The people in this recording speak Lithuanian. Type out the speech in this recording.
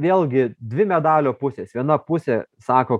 vėlgi dvi medalio pusės viena pusė sako